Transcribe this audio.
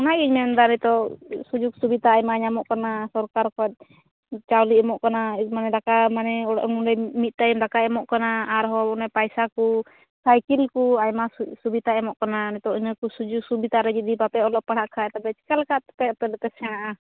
ᱚᱱᱟ ᱜᱤᱧ ᱢᱮᱱᱫᱟ ᱱᱤᱛᱚᱜ ᱥᱩᱡᱳᱜᱽ ᱥᱩᱵᱤᱫᱟ ᱟᱭᱢᱟ ᱧᱟᱢᱚᱜ ᱠᱟᱱᱟ ᱥᱚᱨᱠᱟᱨ ᱠᱷᱚᱱ ᱪᱟᱣᱞᱮ ᱮᱢᱚᱜ ᱠᱟᱱᱟ ᱟᱡ ᱢᱟᱱᱮ ᱫᱟᱠᱟ ᱢᱟᱱᱮ ᱢᱤᱫ ᱴᱟᱭᱤᱢ ᱫᱟᱠᱟᱭ ᱮᱢᱚᱜ ᱠᱟᱱᱟ ᱟᱨᱦᱚᱸ ᱚᱱᱮ ᱯᱟᱭᱥᱟ ᱠᱚ ᱥᱟᱭᱠᱮᱹᱞ ᱠᱚ ᱟᱭᱢᱟ ᱥᱩᱵᱤᱛᱟᱭ ᱮᱢᱚᱜ ᱠᱟᱱᱟ ᱱᱤᱛᱚᱜ ᱤᱱᱟᱹᱠᱚ ᱥᱩᱡᱳᱜᱽ ᱥᱩᱵᱤᱫᱟ ᱨᱮ ᱡᱩᱫᱤ ᱵᱟᱯᱮ ᱚᱞᱚᱜ ᱯᱟᱲᱦᱟᱜ ᱠᱷᱟᱱ ᱛᱚᱵᱮ ᱪᱮᱠᱟᱞᱮᱠᱟᱛᱮᱯᱮ ᱟᱯᱮ ᱫᱚᱯᱮ ᱥᱮᱬᱟᱜᱼᱟ